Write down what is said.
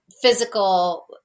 physical